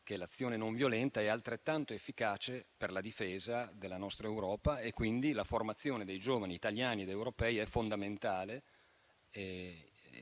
che l'azione non violenta è altrettanto efficace per la difesa della nostra Europa e quindi la formazione dei giovani italiani ed europei è fondamentale